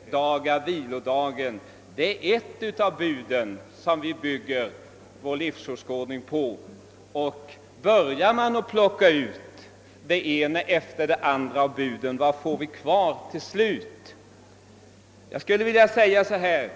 helga vilodagen är innebörden av ett av de budord som vi bygger vår livsåskådning på. Börjar man plocka bort det ena efter det andra av budorden, vad får vi då till slut kvar?